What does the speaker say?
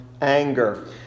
Anger